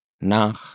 NACH